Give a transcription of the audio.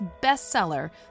bestseller